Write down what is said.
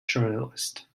journalist